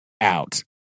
out